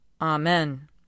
Amen